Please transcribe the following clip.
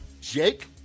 Jake